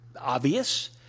obvious